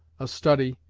a study,